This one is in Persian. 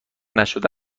نشده